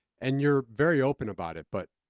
and you're very open about it. but,